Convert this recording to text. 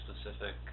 specific